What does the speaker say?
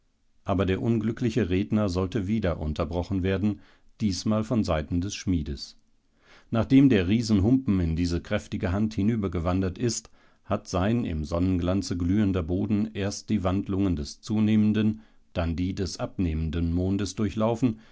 aber der unglückliche redner sollte wieder unterbrochen werden diesmal von seiten des schmiedes nachdem der riesenhumpen in diese kräftige hand hinübergewandert ist hat sein im sonnenglanze glühender boden erst die wandlungen des zunehmenden dann die des abnehmenden mondes durchlaufen